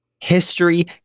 history